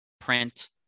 print